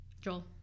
Joel